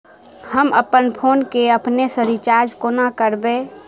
हम अप्पन फोन केँ अपने सँ रिचार्ज कोना करबै?